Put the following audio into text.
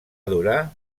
durar